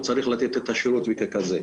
הוא צריך לתת את השירות הזה.